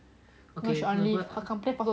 no she on leave her company ask her